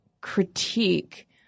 critique